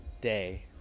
day